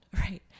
right